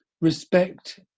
respect